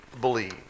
believe